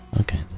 Okay